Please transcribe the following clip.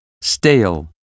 stale